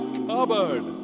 cupboard